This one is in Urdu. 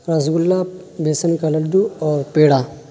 رس گلہ بیسن کا لڈو اور پیڑا